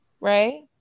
Right